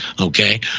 okay